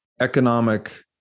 economic